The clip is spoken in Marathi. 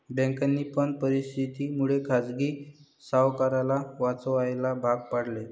बँकांनी पण परिस्थिती मुळे खाजगी सावकाराला वाचवायला भाग पाडले